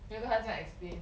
有没有跟她这样 explain